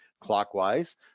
clockwise